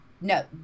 no